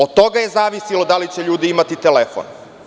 Od toga je zavisilo da li će ljudi imati telefon.